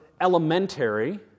elementary